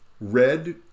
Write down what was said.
red